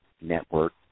network